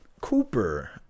cooper